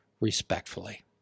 respectfully